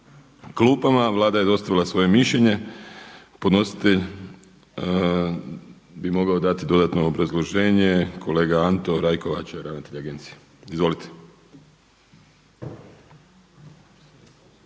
klupama. Vlada je dostavila svoje mišljenje. Podnositelj bi mogao dati dodatno obrazloženje. Kolega Anto Rajkovača, ravnatelj agencije. Izvolite.